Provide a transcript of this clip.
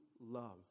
love